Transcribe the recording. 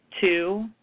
two